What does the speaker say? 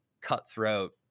cutthroat